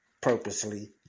purposely